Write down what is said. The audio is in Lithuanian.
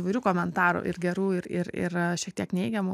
įvairių komentarų ir gerų ir ir yra šiek tiek neigiamų